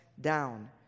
down